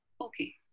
Okay